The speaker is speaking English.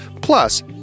Plus